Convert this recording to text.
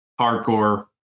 hardcore